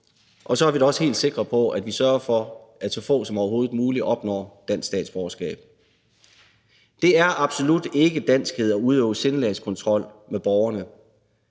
mig. Så er vi da også helt sikre på, at vi sørger for, at så få som overhovedet muligt opnår dansk statsborgerskab. Det er absolut ikke danskhed at udøve sindelagskontrol med borgerne;